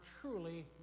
truly